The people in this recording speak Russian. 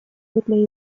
для